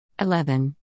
eleven